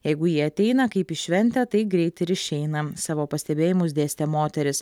jeigu jie ateina kaip į šventę tai greit ir išeina savo pastebėjimus dėstė moteris